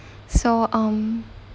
so um